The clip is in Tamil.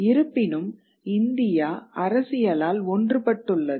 இருப்பினும் இந்தியா அரசியலால் ஒன்றுபட்டுள்ளது